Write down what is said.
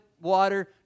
water